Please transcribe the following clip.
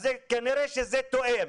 אז כנראה שזה תואם,